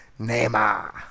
Neymar